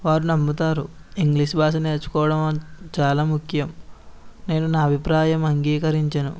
వారు నమ్ముతారు ఇంగ్లీష్ భాష నేర్చుకోవడం చాల ముఖ్యం నేను నా అభిప్రాయం అంగీకరించను